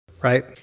Right